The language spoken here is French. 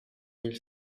mille